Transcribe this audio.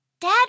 Dad